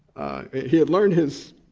he had learned his